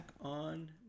on